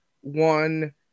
one